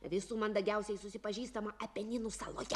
visų mandagiausiai susipažįstama apeninų saloje